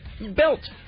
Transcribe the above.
belt